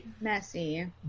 messy